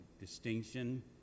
distinction